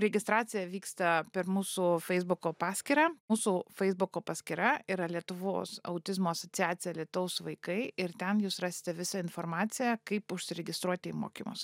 registracija vyksta per mūsų feisbuko paskyrą mūsų feisbuko paskyra yra lietuvos autizmo asociacija lietaus vaikai ir ten jus rasite visą informaciją kaip užsiregistruoti į mokymus